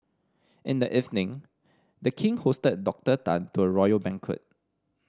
in the evening The King hosted Doctor Tan to a royal banquet